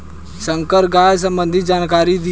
संकर गाय सबंधी जानकारी दी?